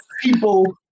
people